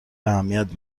اهمیت